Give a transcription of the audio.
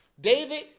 David